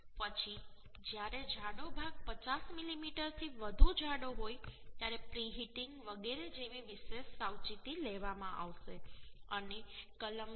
પછી જ્યારે જાડો ભાગ 50 મીમીથી વધુ જાડો હોય ત્યારે પ્રીહિટીંગ વગેરે જેવી વિશેષ સાવચેતી લેવામાં આવશે અને કલમ 10